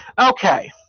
Okay